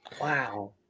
wow